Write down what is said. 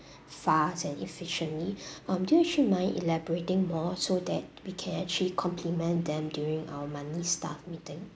fast and efficiently um do you actually mind elaborating more so that we can actually compliment them during our monthly staff meeting